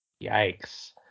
Yikes